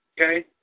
okay